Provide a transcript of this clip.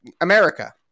america